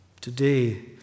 Today